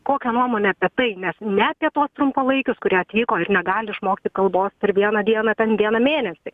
kokią nuomonę apie tai mes net ne tuos trumpalaikius kurie atvyko ir negali išmokti kalbos per vieną dieną ten vieną mėnesį